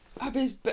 Abby's